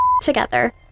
together